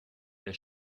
der